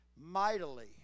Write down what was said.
mightily